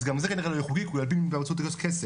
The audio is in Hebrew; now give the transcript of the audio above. אז גם זה כנראה לא חוקי כי הוא ילבין בקיוסק כסף.